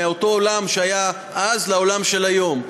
מאותו עולם שהיה אז לעולם של היום,